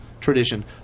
tradition